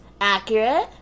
accurate